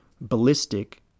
ballistic